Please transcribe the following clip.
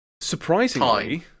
Surprisingly